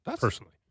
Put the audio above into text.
personally